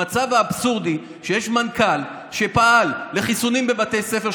המצב האבסורדי שיש מנכ"ל שפעל לחיסונים בבתי ספר,